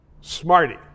smarty